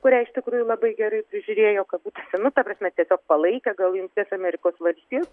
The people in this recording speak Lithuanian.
kurią iš tikrųjų labai gerai prižiūrėjo kabutėse nu ta prasme tiesiog palaikė gal jungtinės amerikos valstijos